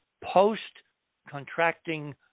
post-contracting